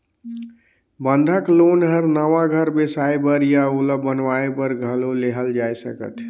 बंधक लोन हर नवा घर बेसाए बर या ओला बनावाये बर घलो लेहल जाय सकथे